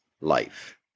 life